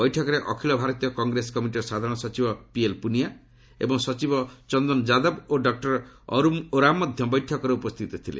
ବୈଠକରେ ଅଖିଳ ଭାରତୀୟ କଟ୍ରେସ କମିଟିର ସାଧାରଣ ସଚିବ ପିଏଲ୍ପୁନିଆ ଏବଂ ସଚିବ ଚନ୍ଦନ ଯାଦବ ଓ ଡକୁର ଅରୁମ ଓରାମ ମଧ୍ୟ ବୈଠକରେ ଉପସ୍ଥିତ ରହିଥିଲେ